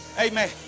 amen